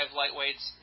lightweights